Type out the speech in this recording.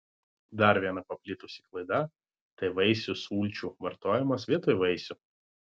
dar viena paplitusi klaida tai vaisių sulčių vartojimas vietoj vaisių